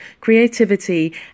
creativity